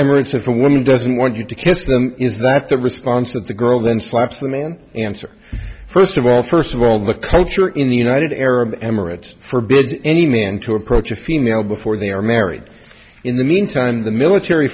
emirates if a woman doesn't want you to kiss them is that the response that the girl then slaps the man answered first of all first of all the culture in the united arab emirates forbids any man to approach a female before they are married in the meantime the military